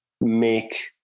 make